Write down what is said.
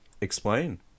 explain